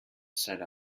said